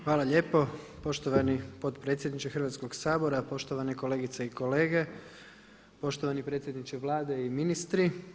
Hvala lijepo poštovani potpredsjedniče Hrvatskoga sabora, poštovane kolegice i kolege, poštovani predsjedniče Vlade i ministri.